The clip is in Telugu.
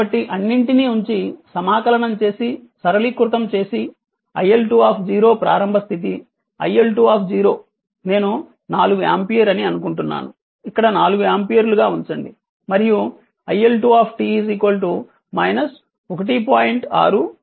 కాబట్టి అన్నింటినీ ఉంచి సమాకలనం చేసి సరళీకృతం చేసి iL2 ప్రారంభ పరిస్థితి iL2 నేను 4 ఆంపియర్ అని అనుకుంటున్నాను ఇక్కడ 4 ఆంపియర్లుగా ఉంచండి మరియు iL2 1